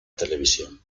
televisión